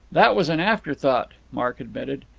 that was an afterthought, mark admitted.